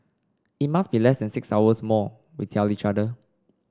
it must be less than six hours more we tell each other